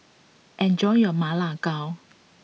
enjoy your Ma Lai Gao